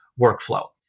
workflow